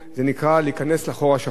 זה נקרא להיכנס ל"חור השחור",